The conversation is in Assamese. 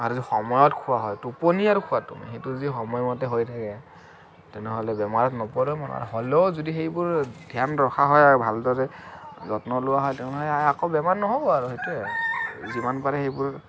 আৰু সময়ত খোৱা হয় টোপনি আৰু খোৱাটো সেইটো যদি সময়মতে হৈ থকে তেনেহ'লে বেমাৰত নপৰে মানুহ হ'লেও যদি সেইবোৰ ধ্যান ৰখা হয় আৰু ভালদৰে যত্ন লোৱা হয় তেনেহ'লে আকৌ বেমাৰ নহ'ব আৰু সেইটোৱে আৰু যিমান পাৰি সেইবোৰ